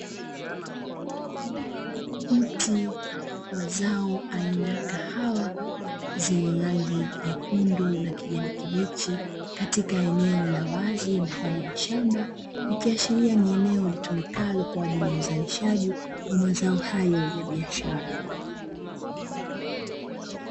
Mti wa zao aina kahawa zenye rangi nyekundu na kijani kibichi katika eneo la wazi mfano wa shamba, ikiashiria ni eneo litumikalo kwa ajili ya uzalishaji wa mazao hayo ya biashara.